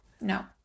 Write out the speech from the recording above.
No